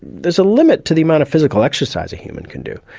there's a limit to the amount of physical exercise a human can do.